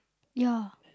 ya